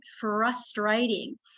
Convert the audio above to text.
frustrating